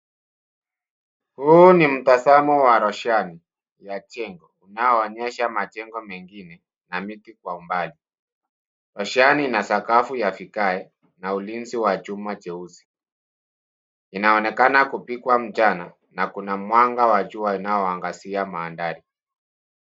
Huu ni mtanzamo wa roshani ya jengo, unaoonyesha majengo mengine na miti kwa umbali. Roshani ina sakafu ya vigae na ulinzi wa chuma cheusi. Inaonekana kupigwa mchana na kuna mwanga wa jua inayoangazia mandhari.